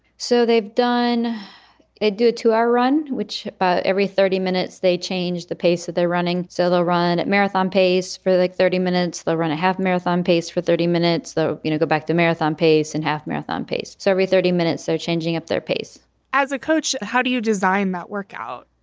so they've done it due to our run, which but every thirty minutes they change the pace of their running. so they'll run marathon pace for like thirty minutes. they'll run a half marathon pace for thirty minutes, though, you know, go back to marathon pace and half marathon pace. so every thirty minutes. so changing up their pace as a coach how do you design that workout?